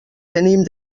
tenim